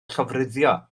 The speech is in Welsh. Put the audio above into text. llofruddio